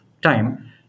time